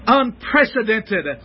unprecedented